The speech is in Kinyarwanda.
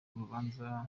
urubanza